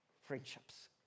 Friendships